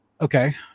Okay